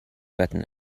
retten